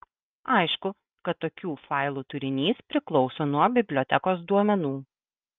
aišku kad tokių failų turinys priklauso nuo bibliotekos duomenų